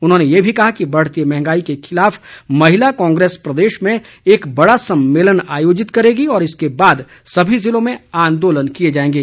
उन्होंने ये भी कहा कि बढ़ती मंहगाई के खिलाफ महिला कांग्रेस प्रदेश में एक बड़ा सम्मेलन आयोजित करेगी और इसके बाद सभी जिलों में आंदोलन किए जाएंगे